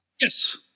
Yes